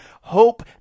hope